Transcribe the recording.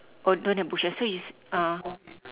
oh don't have bushes so you ci~ uh